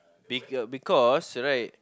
be because right